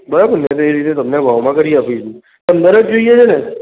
બરાબર ને તમને ભાવમાં કરી આપીશું પંદર જ જોઈએ છે ને